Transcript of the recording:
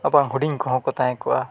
ᱟᱨ ᱵᱟᱝ ᱦᱩᱰᱤᱧ ᱠᱚᱦᱚᱸ ᱠᱚ ᱛᱟᱦᱮᱸ ᱠᱚᱜᱼᱟ